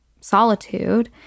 solitude